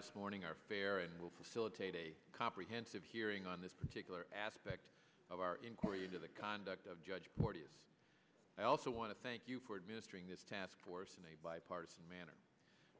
this morning are fair and will facilitate a comprehensive hearing on this particular aspect of our inquiry into the conduct of judge porteous i also want to thank you for administering this task force in a bipartisan manner